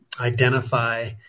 identify